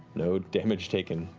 no damage taken.